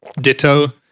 Ditto